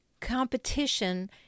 competition